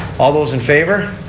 all those in favor.